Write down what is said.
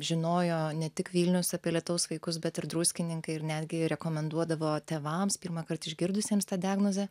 žinojo ne tik vilnius apie lietaus vaikus bet ir druskininkai ir netgi rekomenduodavo tėvams pirmąkart išgirdusiems tą diagnozę